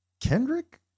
Kendrick